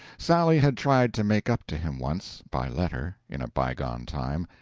sally had tried to make up to him once, by letter, in a bygone time,